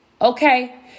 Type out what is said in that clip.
Okay